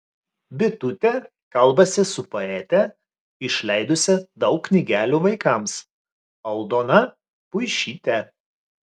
bitutė kalbasi su poete išleidusia daug knygelių vaikams aldona puišyte